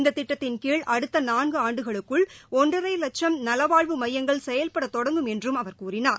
இந்த திட்டத்தின் கீழ் அடுத்த நான்கு ஆண்டுகளுக்குள் ஒன்றரை வட்சம் நலவாழ்வு மையங்கள் செயல்பட தொடங்கும் என்றும் அவர் கூறினார்